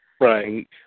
right